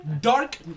dark